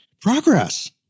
Progress